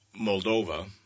Moldova